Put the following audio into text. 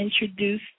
introduce